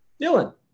Dylan